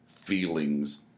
feelings